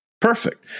Perfect